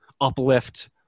uplift